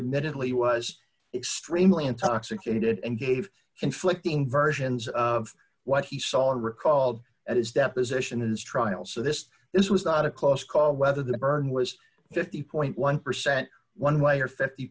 minutely was extremely intoxicated and gave conflicting versions of what he saw and recalled at his deposition his trial so this this was not a close call whether the burn was fifty point one percent one way or fifty